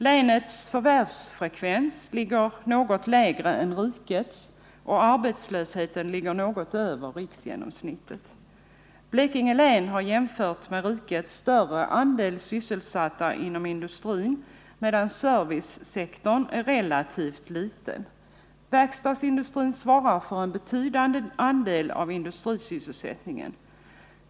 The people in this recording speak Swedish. Länets förvärvsfrekvens ligger något lägre än rikets, och arbetslösheten ligger något över riksgenomsnittet. Blekinge län har jämfört med riket större andel sysselsatta inom industrin, medan servicesektorn är relativt liten. Verkstadsindustrin svarar för en betydande andel av industrisysselsättningen.